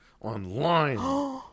online